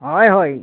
ହଏ ହଏ